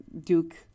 Duke